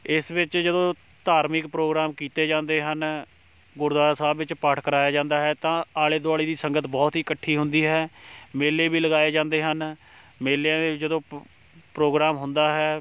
ਇਸ ਵਿੱਚ ਜਦੋਂ ਧਾਰਮਿਕ ਪ੍ਰੋਗਰਾਮ ਕੀਤੇ ਜਾਂਦੇ ਹਨ ਗੁਰਦੁਆਰਾ ਸਾਹਿਬ ਵਿੱਚ ਪਾਠ ਕਰਵਾਇਆ ਜਾਂਦਾ ਹੈ ਤਾਂ ਆਲ਼ੇ ਦੁਆਲ਼ੇ ਦੀ ਸੰਗਤ ਬਹੁਤ ਹੀ ਇਕੱਠੀ ਹੁੰਦੀ ਹੈ ਮੇਲੇ ਵੀ ਲਗਾਏ ਜਾਂਦੇ ਹਨ ਮੇਲਿਆਂ ਦੇ ਵਿੱਚ ਜਦੋਂ ਪ ਪ੍ਰੋਗਰਾਮ ਹੁੰਦਾ ਹੈ